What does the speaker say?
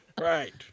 Right